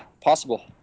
possible